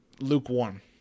lukewarm